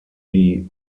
die